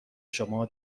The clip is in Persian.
شما